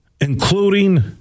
including